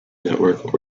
network